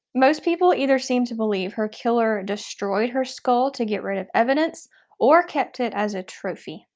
most people either seem to believe her killer destroyed her skull to get rid of evidence or kept it as a trophy.